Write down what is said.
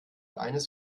eines